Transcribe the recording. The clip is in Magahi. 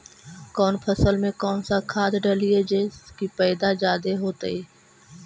कौन फसल मे कौन सा खाध डलियय जे की पैदा जादे होतय?